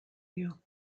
you